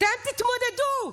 אתם תתמודדו.